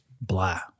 blah